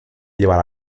llevar